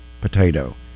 potato